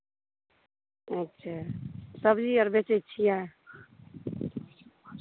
अच्छा सब्जी आओर बेचै छियै